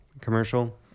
commercial